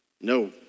No